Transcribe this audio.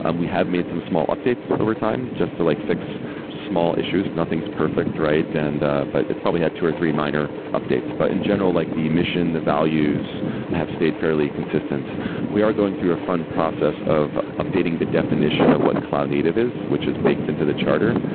um we have made some small updates over time just to like fix small issues. nothing's perfect, right? and but it's probably had two or three minor updates. but in general, like the mission, the values have stayed fairly consistent we are going through a fun process of updating the definition of what cloud native is, which is baked into the charter.